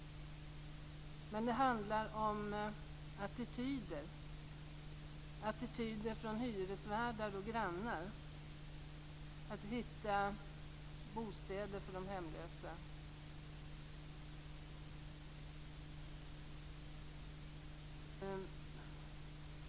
Men det handlar också om de attityder från hyresvärdar och grannar som man möter i arbetet med att hitta bostäder åt de hemlösa.